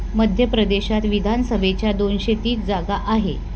मध्य प्रदेशात विधानसभेच्या दोनशे तीस जागा आहे